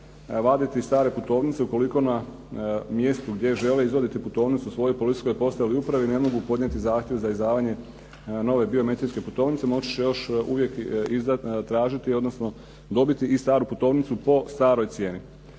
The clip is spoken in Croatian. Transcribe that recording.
vaditi stare putovnice ukoliko na mjestu gdje žele izvaditi putovnicu u svojoj policijskoj postaji ili upravi ne mogu podnijeti zahtjev za izdavanje nove biometrijske putovnice, moći će još uvijek tražiti odnosno dobiti i staru putovnicu po staroj cijeni,